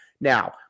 Now